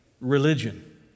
religion